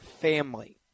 family